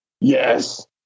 Yes